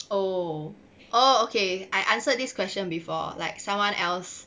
oh oh okay I answer this question before like someone else